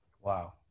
Wow